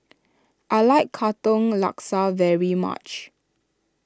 I like Katong Laksa very much